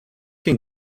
can